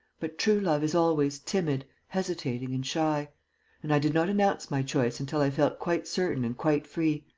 but true love is always timid, hesitating and shy and i did not announce my choice until i felt quite certain and quite free.